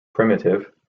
primitive